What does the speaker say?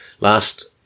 Last